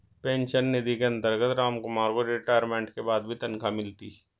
pension निधि के अंतर्गत रामकुमार को रिटायरमेंट के बाद भी तनख्वाह मिलती